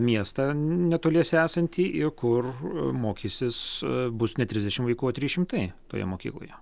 miestą netoliese esantį kur mokysis bus ne trisdešimt vaikų o trys šimtai toje mokykloje